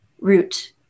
root